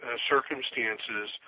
circumstances